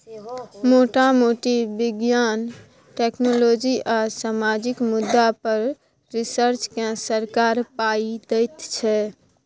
मोटा मोटी बिज्ञान, टेक्नोलॉजी आ सामाजिक मुद्दा पर रिसर्च केँ सरकार पाइ दैत छै